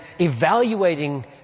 evaluating